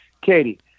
Katie